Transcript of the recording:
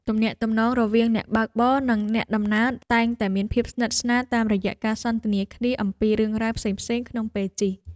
ទំនាក់ទំនងរវាងអ្នកបើកបរនិងអ្នកដំណើរតែងតែមានភាពស្និទ្ធស្នាលតាមរយៈការសន្ទនាគ្នាអំពីរឿងរ៉ាវផ្សេងៗក្នុងពេលជិះ។